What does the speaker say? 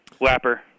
Lapper